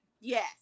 yes